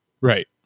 right